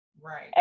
right